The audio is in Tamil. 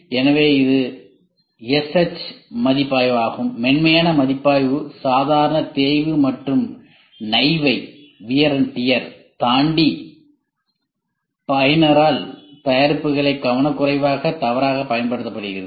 எனவே இது SH மதிப்பாய்வு ஆகும் மென்மையான மதிப்பாய்வு சாதாரண தேய்வு மற்றும் நைவைத் தாண்டி பயனரால் தயாரிப்புகளை கவனக்குறைவாக தவறாகப் பயன்படுத்துகிறது